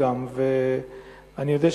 ואני יודע,